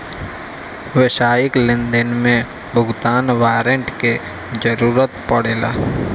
व्यावसायिक लेनदेन में भुगतान वारंट कअ जरुरत पड़ेला